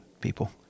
people